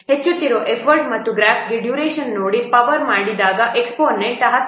ಹೆಚ್ಚುತ್ತಿರುವ ಎಫರ್ಟ್ ಮತ್ತು ಗ್ರಾಫ್ಗೆ ಡ್ಯುರೇಷನ್ ನೋಡಿ ಪವರ್ ಮಾಡಿದಾಗ ಎಕ್ಸ್ಪೋನೆಂಟ್ 10